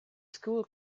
school